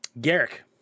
Garrick